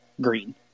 Green